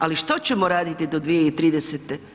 Ali što ćemo raditi do 2030.